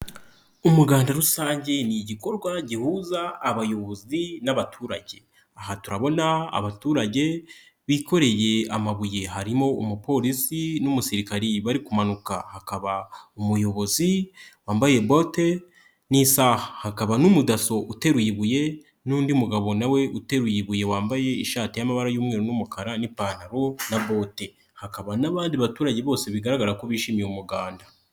Umuganda rusange ni igikorwa gihuza abayobozi n'abaturage. Aha turabona abaturage bikoreye amabuye harimo umupolisi n'umusirikari bari kumanuka. Hakaba umuyobozi wambaye bote n'isaha hakaba n'umudaso uteruye ibuye n'undi mugabo nawe uteruye ibuye wambaye ishati y'amabara y'umweru n'umukara n'ipantaro na bote hakaba n'abandi baturage bose bigaragara ko bishimiye umuganda.